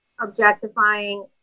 objectifying